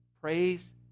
praise